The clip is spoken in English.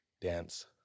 dance